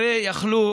הרי יכלו